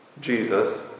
Jesus